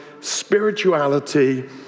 spirituality